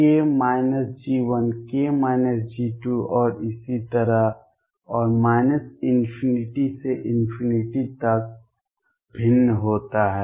k G1 k G2 और इसी तरह और ∞ से तक भिन्न होता है